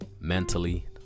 mentally